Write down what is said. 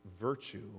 virtue